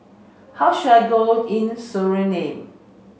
How should I go in Suriname